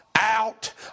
out